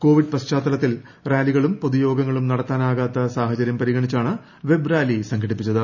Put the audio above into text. Covid പശ്ചാത്തലത്തിൽ റാലികളും പ്പൊതുയോഗങ്ങളും നടത്താനാവാത്ത സാഹചര്യം പരിണഗണിച്ചാണ് ്വെബ് റാലി സംഘടിപ്പിച്ചത്